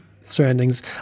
surroundings